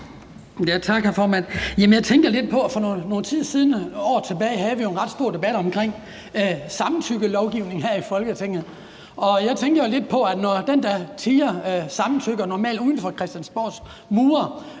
for nogle år siden, havde vi jo en ret stor debat omkring samtykkeloven her i Folketinget. Og jeg tænker lidt på, at den, der tier, normalt samtykker uden for Christiansborgs mure,